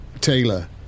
Taylor